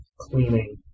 cleaning